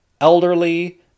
elderly